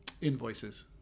invoices